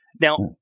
Now